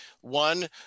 one